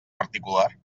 particular